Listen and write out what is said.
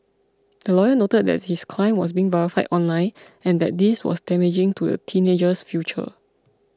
the lawyer noted that his client was being vilified online and that this was damaging to the teenager's future